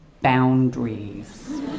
boundaries